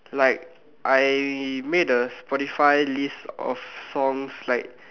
like I made a Spotify list of songs like